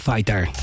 Fighter